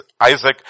Isaac